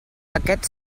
aquest